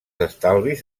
estalvis